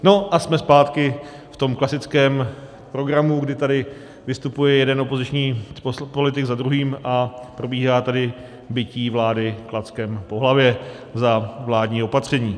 No a jsme zpátky v tom klasickém programu, kdy tady vystupuje jeden opoziční politik za druhým a probíhá tady bití vlády klackem po hlavě za vládní opatření.